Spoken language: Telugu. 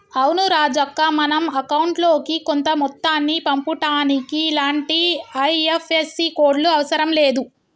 అవును రాజక్క మనం అకౌంట్ లోకి కొంత మొత్తాన్ని పంపుటానికి ఇలాంటి ఐ.ఎఫ్.ఎస్.సి కోడ్లు అవసరం లేదు